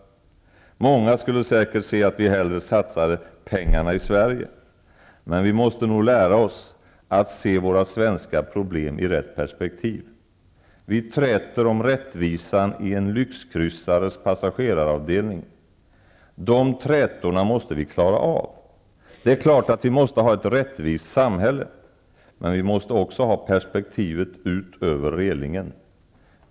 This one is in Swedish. Många skulle säkert se att vi hellre satsade pengarna i Sverige. Men vi måste nog lära oss att se våra svenska problem i rätt perspektiv. Vi träter om rättvisan i en lyxkryssares passageraravdelning. De trätorna måste vi klara av. Det är klart att vi måste ha ett rättvist samhälle. Men vi måste också ha perspektivet ut över relingen.